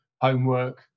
homework